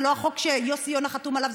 זה לא החוק שיוסי יונה חתום עליו,